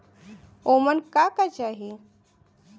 ओमन का का चाही?